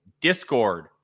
Discord